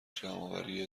جمعآوری